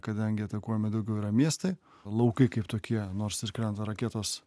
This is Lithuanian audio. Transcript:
kadangi atakuojami daugiau yra miestai laukai kaip tokie nors krenta raketos